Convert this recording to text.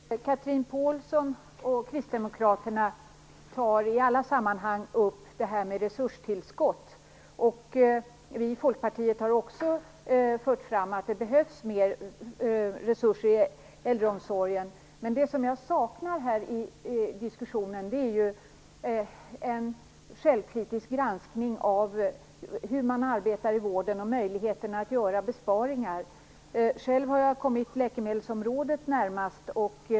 Fru talman! Chatrine Pålsson och Kristdemokraterna tar i alla sammanhang upp resurstillskotten. Vi i Folkpartiet har också fört fram att det behövs mer resurser inom äldreomsorgen. Men det som jag saknar i diskussionen är en självkritisk granskning av hur man arbetar inom vården och möjligheterna att göra besparingar. Själv har jag kommit läkemedelsområdet närmast.